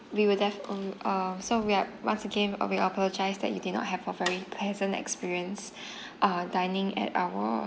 we will defi~ uh um so we're once again uh we're apologize that you did not have a very pleasant experience uh dining at our